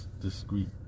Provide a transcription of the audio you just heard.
discreet